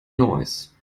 noise